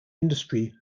industry